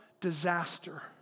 disaster